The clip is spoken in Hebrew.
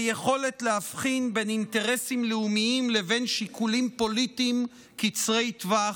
ויכולת להבחין בין אינטרסים לאומיים לבין שיקולים פוליטיים קצרי טווח,